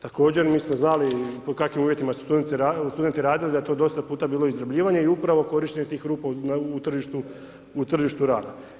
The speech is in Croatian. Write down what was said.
Također, mi smo znali u kakvim uvjetima su studenti radili, da je to dosta puta bilo izrabljivanja i upravo korištenja tih rupa u tržištu rada.